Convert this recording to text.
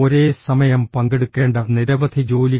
ഒരേ സമയം പങ്കെടുക്കേണ്ട നിരവധി ജോലികൾ